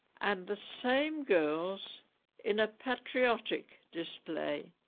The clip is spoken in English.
and the same girls in a patriotic display